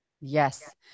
Yes